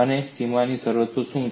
અને સીમાની શરતો શું છે